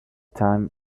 time